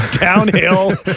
Downhill